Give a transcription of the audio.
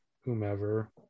whomever